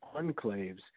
enclaves